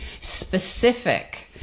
specific